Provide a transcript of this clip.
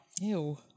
Ew